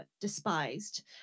despised